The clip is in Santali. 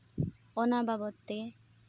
ᱚᱱᱟ ᱵᱟᱵᱚᱫ ᱛᱮ